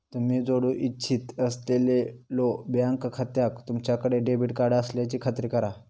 तुम्ही जोडू इच्छित असलेल्यो बँक खात्याक तुमच्याकडे डेबिट कार्ड असल्याची खात्री करा